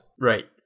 Right